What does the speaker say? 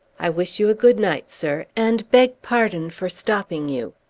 i wish you a good-night, sir, and beg pardon for stopping you.